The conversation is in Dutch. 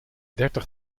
dertig